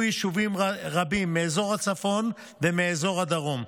יישובים רבים מאזור הצפון ומאזור הדרום,